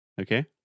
Okay